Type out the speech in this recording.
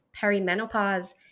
perimenopause